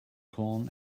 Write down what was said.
corn